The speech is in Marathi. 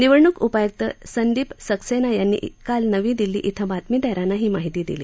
निवडणूक उपायुक्त संदीप सक्सेना यांनी काल नवी दिल्ली क्वें बातमीदारांना ही माहिती दिली